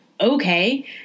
Okay